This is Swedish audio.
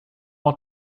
att